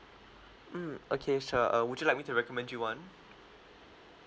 mm okay sure uh would you like me to recommend you one